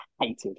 hated